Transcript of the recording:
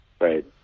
Right